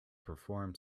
perform